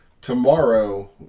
Tomorrow